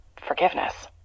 forgiveness